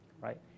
right